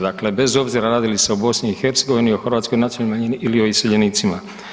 Dakle, bez obzira radi li se o BiH-u, o hrvatskoj nacionalnoj manjini ili o iseljenicima.